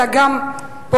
אלא גם פועלת.